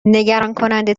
نگرانکننده